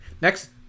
Next